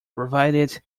provided